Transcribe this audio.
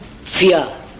fear